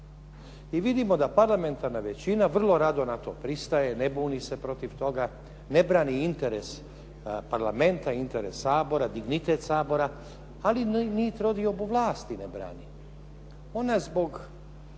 i vidimo da parlamentarna većina vrlo rado na to pristaje, ne buni se protiv toga, ne brani interes Parlamenta, interes Sabora, dignitet Sabora, ali ni trodiobu vlasti ne brani. Ona zbog